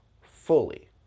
fully